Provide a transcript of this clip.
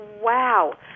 Wow